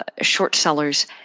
short-sellers